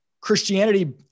Christianity